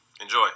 Enjoy